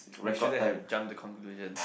we shouldn't have jump to conclusion